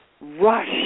rush